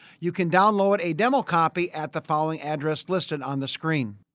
you can download a demo copy at the following address listed on the screen.